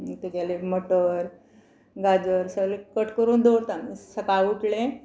तुगेलें मटर गाजर सगलें कट करून दवरता सकाळ उठलें